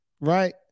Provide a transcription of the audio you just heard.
right